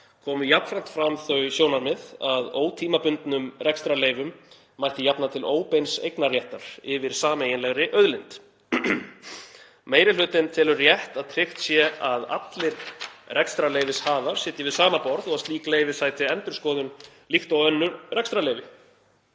Komu jafnframt fram þau sjónarmið að ótímabundnum rekstrarleyfum mætti jafna til óbeins eignarréttar yfir sameiginlegri auðlind. Meiri hlutinn telur rétt að tryggt sé að allir rekstrarleyfishafar sitji við sama borð og að slík leyfi sæti endurskoðun líkt og önnur rekstrarleyfi.